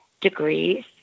degrees